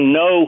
no